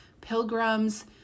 pilgrims